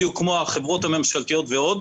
בדיוק כמו החברות הממשלתיות ועוד.